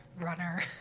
runner